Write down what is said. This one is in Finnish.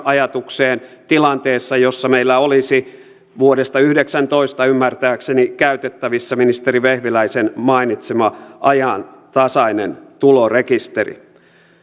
ajatukseen tilanteessa jossa meillä olisi vuodesta kaksituhattayhdeksäntoista ymmärtääkseni käytettävissä ministeri vehviläisen mainitsema ajantasainen tulorekisteri